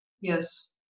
Yes